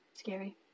scary